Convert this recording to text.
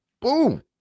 boom